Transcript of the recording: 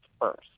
first